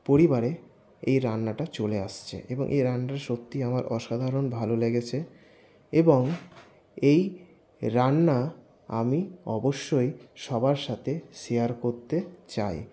পরিবারে এই রান্নাটা চলে আসছে এবং এই রান্নাটা সত্যি আমার অসাধারণ ভালো লেগেছে এবং এই রান্না আমি অবশ্যই সবার সাথে শেয়ার করতে চাই